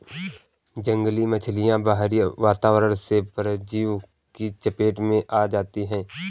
जंगली मछलियाँ बाहरी वातावरण से परजीवियों की चपेट में आ जाती हैं